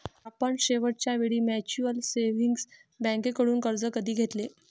आपण शेवटच्या वेळी म्युच्युअल सेव्हिंग्ज बँकेकडून कर्ज कधी घेतले?